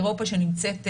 אירופה שנמצאת,